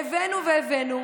הבאנו והבאנו,